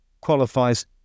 qualifies